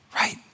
Right